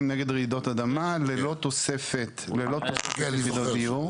נגד רעידות אדמה ללא תוספת יחידות דיור.